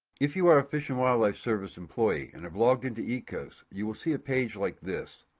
if you are a fish and wildlife service employee and have logged into ecos you will see a page like this.